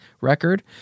record